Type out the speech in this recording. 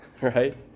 right